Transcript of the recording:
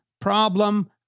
problem